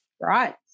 right